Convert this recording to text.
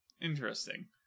interesting